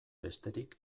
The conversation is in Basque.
besterik